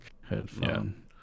headphone